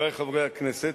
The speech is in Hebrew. חברי חברי הכנסת,